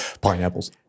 Pineapples